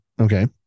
Okay